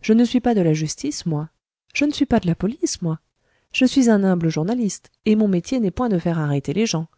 je ne suis pas de la justice moi je ne suis pas de la police moi je suis un humble journaliste et mon métier n'est point de faire arrêter les gens